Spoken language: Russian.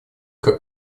как